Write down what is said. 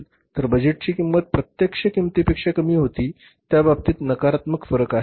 तर बजेटची किंमत प्रत्यक्ष किंमतीपेक्षा कमी होती त्या बाबतीत नकारात्मक फरक आहे